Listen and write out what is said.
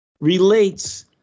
relates